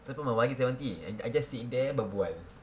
siapa mahu wali seventy and I just sit there berbual